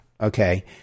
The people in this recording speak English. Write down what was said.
Okay